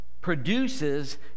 produces